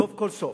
סוף כל סוף,